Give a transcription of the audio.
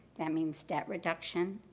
that means debt reduction.